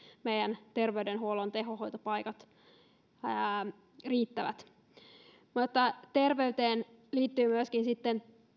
meidän terveydenhuollon tehohoitopaikat riittävät mutta terveyteen liittyy sitten